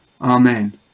Amen